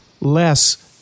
less